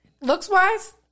Looks-wise